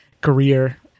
career